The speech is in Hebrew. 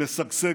משגשגת.